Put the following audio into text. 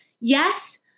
yes